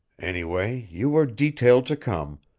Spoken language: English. anyway, you were detailed to come,